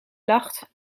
lacht